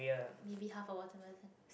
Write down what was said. maybe half a watermelon